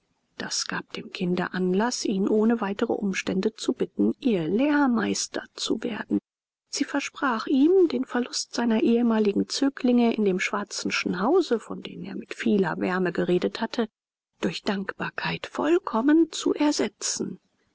das gab dem kinde anlaß ihn ohne weitere umstände zu bitten ihr lehrmeister zu werden sie versprach ihm den verlust seiner ehemaligen zöglinge in dem schwarzischen hause von denen er mit vieler wärme geredet hatte durch dankbarkeit vollkommen zu ersetzen